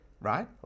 right